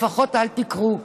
לפחות אל תיקחו.